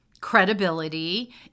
credibility